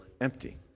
empty